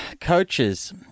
coaches